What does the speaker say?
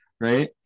right